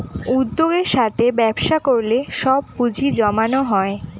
উদ্যোগের সাথে ব্যবসা করলে সব পুজিঁ জমানো হয়